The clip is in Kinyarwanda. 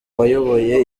wayoboye